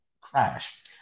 crash